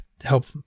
help